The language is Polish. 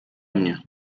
mnie